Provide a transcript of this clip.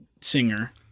singer